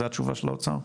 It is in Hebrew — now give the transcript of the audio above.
זה התשובה של האוצר?